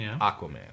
Aquaman